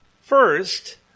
first